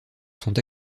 sont